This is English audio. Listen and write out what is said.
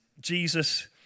Jesus